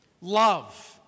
Love